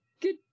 good